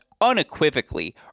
unequivocally